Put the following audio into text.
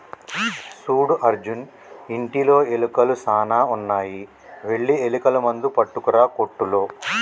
సూడు అర్జున్ ఇంటిలో ఎలుకలు సాన ఉన్నాయి వెళ్లి ఎలుకల మందు పట్టుకురా కోట్టులో